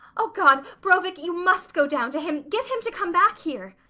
oh god! brovik you must go down to him! get him to come back here!